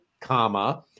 comma